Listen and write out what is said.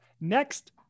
Next